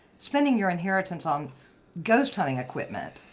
spending your inheritance on ghost hunting equipment.